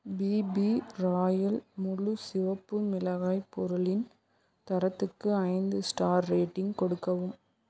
BP Royal முழு சிவப்பு மிளகாய் பொருளின் தரத்துக்கு ஐந்து ஸ்டார் ரேட்டிங் கொடுக்கவும்